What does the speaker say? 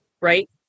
Right